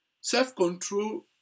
Self-control